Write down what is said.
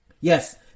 Yes